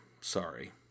sorry